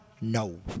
No